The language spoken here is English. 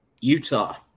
Utah